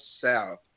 south